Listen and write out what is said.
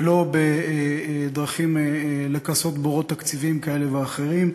ולא בדרכים לכסות בורות תקציביים כאלה ואחרים.